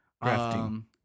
Grafting